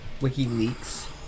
WikiLeaks